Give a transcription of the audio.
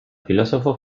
filósofo